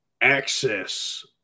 access